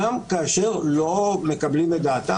גם כאשר לא מקבלים את דעתם,